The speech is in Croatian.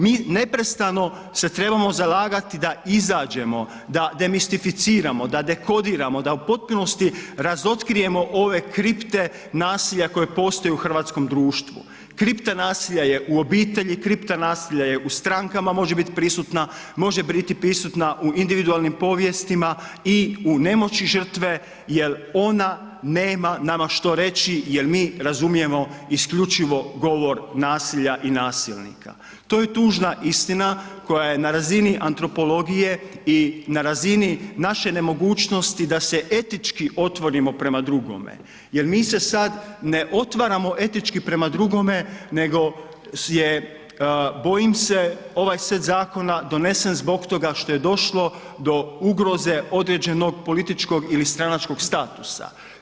Mi neprestano se trebamo zalagati da izađemo, da demistificiramo, da dekodiramo, da u potpunosti razotkrijemo ove kripte nasilja koje postoji u hrvatskom društvu, kripta nasilja je u obitelji, kripta nasilja je u strankama može bit prisutna, može biti prisutna u individualnim povijestima i u nemoći žrtve jel ona nema nama što reći jel mi razumijemo isključivo govor nasilja i nasilnika, to je tužna istina koja je na razini antropologije i na razini naše nemogućnosti da se etički otvorimo prema drugome jel mi se sad ne otvaramo etički prema drugome nego je, bojim se ovaj set zakon donesen zbog toga što je došlo do ugroze određenog političkog ili stranačkog statusa.